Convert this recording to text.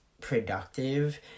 productive